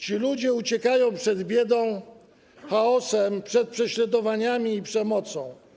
Ci ludzie uciekają przed biedą, chaosem, przed prześladowaniami i przemocą.